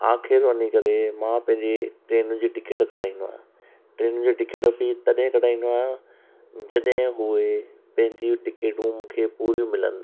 आख़िर में वञी करे मां पंहिंजी ट्रेन जी टिकट कढाईंदो आहियां ट्रेन जो टिकिट बि तॾहिं कढाईंदो आहियां जॾहिं हुए पंहिंजी टिकेटू मूंखे पूरी मिलनि